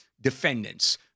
defendants